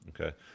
Okay